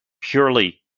purely